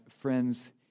friend's